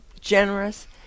generous